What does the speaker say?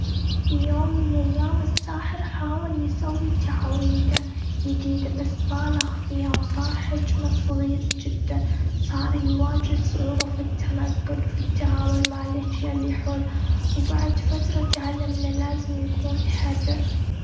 في يوم من الأيام، الساحر حاول يسوي تعويذة جديدة، بس بالغ فيها وصار حجمه صغير جداً. صار يواجه صعوبة في التنقل، في التعامل مع الأشياء اللي حوله. وبعد فترة تعلم إنه لازم يكون حذر.